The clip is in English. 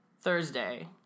thursday